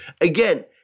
Again